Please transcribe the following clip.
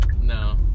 No